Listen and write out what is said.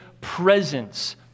presence